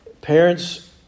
Parents